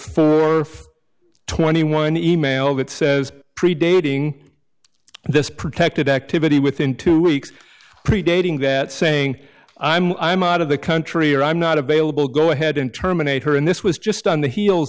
the twenty one e mail that says predating this protected activity within two weeks predating that saying i'm i'm out of the country or i'm not available go ahead and terminate her and this was just on the heels